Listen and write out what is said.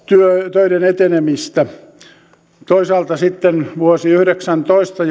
töiden etenemistä toisaalta sitten vuonna yhdeksäntoista